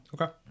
Okay